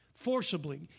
forcibly